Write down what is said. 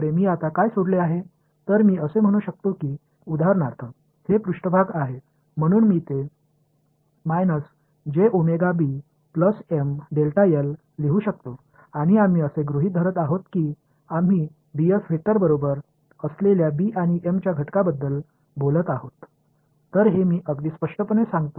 எனவே இதை நான் உதாரணமாகச் சொல்லலாம் அது மேற்பரப்பு என்பதால் ஆக எழுதலாம் மேலும் ds மற்றும் வெக்டர் இன் சரிவில் இருக்கும் B மற்றும் M இன் கூறுகளைப் பற்றி பேசுகிறோம் என்று கருதுகிறோம்